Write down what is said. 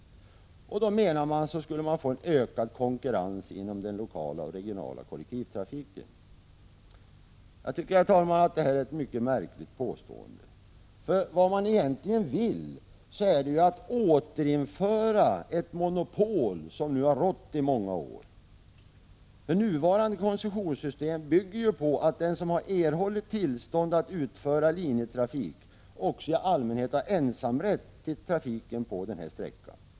De menar att man då skulle få en ökad konkurrens inom den lokala och regionala kollektivtrafiken. Det är ett mycket märkligt påstående. Vad man egentligen vill är att återinföra det monopol som har rått i många år. Det nuvarande koncessionssystemet bygger ju på att den som erhållit tillstånd att bedriva linjetrafik också i allmänhet har ensamrätten till trafiken på denna sträcka.